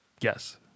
yes